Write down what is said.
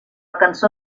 cançó